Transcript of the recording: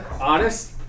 Honest